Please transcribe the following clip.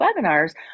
webinars